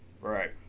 Right